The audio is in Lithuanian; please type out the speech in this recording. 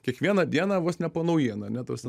kiekvieną dieną vos ne po naujieną ane tuos